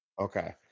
Okay